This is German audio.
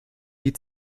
die